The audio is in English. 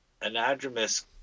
anadromous